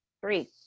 Three